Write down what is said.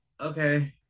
okay